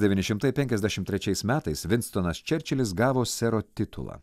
devyni šimtai penkiasdešimt trečiais metais vinstonas čerčilis gavo sero titulą